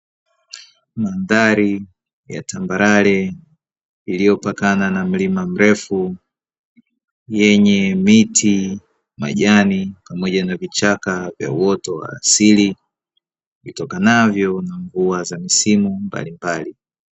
Mandhari ya tambarare iliyopakana na mlima mrefu yenye miti, majani pamoja na vichaka vya uoto wa asili vitokanavyo na mvua za misimu mbalimbali.